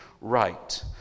right